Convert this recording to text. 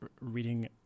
reading